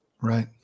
Right